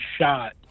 shot